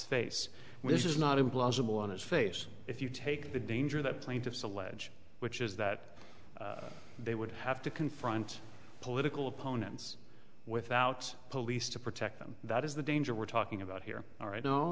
face this is not implausible on its face if you take the danger that plaintiffs allege which is that they would have to confront political opponents without police to protect them that is the danger we're talking about here